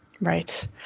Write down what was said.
right